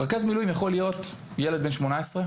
רכז המילואים יכול להיות ילד בן 18,